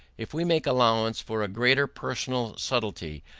if we make allowance for a greater personal subtlety,